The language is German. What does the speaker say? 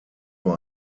nur